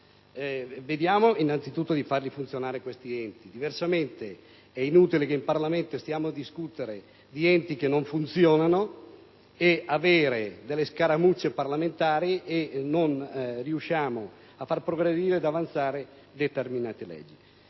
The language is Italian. vediamo innanzitutto di far funzionare questi enti. Diversamente è inutile che in Parlamento stiamo a discutere di enti che non funzionano, discussioni che si riducono a scaramucce parlamentari, mentre non riusciamo a far progredire ed avanzare determinate leggi.